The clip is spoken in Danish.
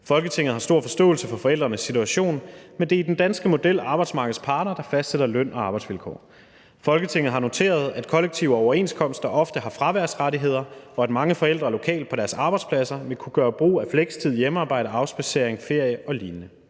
Folketinget har stor forståelse for forældrenes situation, men det er i den danske model arbejdsmarkedets parter, der fastsætter løn og arbejdsvilkår. Folketinget har noteret, at kollektive overenskomster ofte har fraværsrettigheder, og at mange forældre lokalt på deres arbejdspladser vil kunne gøre brug af flekstid, hjemmearbejde, afspadsering, ferie og lign.